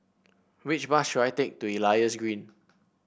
which bus should I take to Elias Green